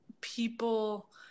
people